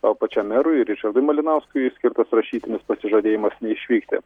o pačiam merui ričardui malinauskui skirtas rašytinis pasižadėjimas neišvykti